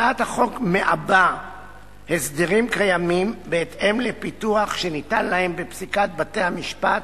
הצעת החוק מעבה הסדרים קיימים בהתאם לפיתוח שניתן להם בפסיקת בתי-המשפט